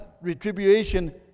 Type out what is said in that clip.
retribution